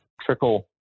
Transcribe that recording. trickle